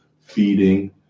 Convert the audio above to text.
feeding